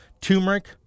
turmeric